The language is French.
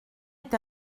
est